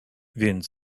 więc